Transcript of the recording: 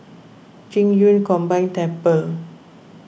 Qing Yun Combined Temple